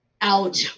out